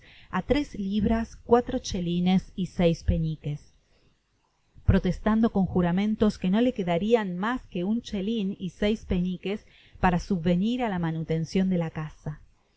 í tres libras cuatro chelines seis peniques protestando conjuramento que no le quedarian mas que un chelin y seis peniques para subvenir á la manutencion de la casa